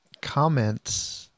comments